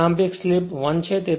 પ્રારંભિક સ્લિપ 1 છે